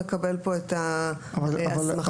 יקבל פה את ההסמכה הרבה יותר בקלות.